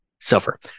suffer